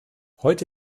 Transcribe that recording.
heute